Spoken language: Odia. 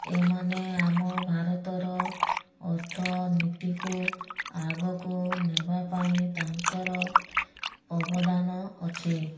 ଏମାନେ ଆମ ଭାରତର ଅର୍ଥନୀତିକୁ ଆଗକୁ ନେବାପାଇଁ ତାଙ୍କର ଅବଦାନ ଅଛି